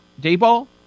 Dayball